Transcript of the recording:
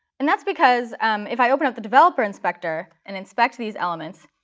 and that's because if i open up the developer inspector and inspect these elements,